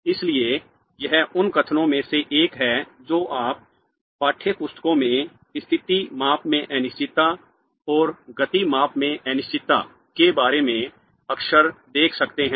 इसलिए यह उन कथनों में से एक है जो आप पाठ्यपुस्तकों में स्थिति माप में अनिश्चितता और गति माप में अनिश्चितता के बारे में अक्सर देख सकते हैं